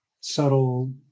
subtle